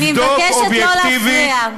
אני מבקשת לא להפריע.